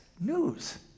news